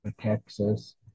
Texas